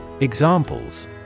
Examples